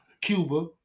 Cuba